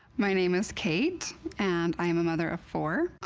my name is kate and i am a mother of four.